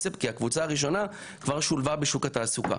כי הקבוצה הראשונה כבר שולבה בשוק התעסוקה.